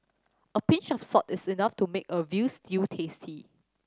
a pinch of salt is enough to make a veal stew tasty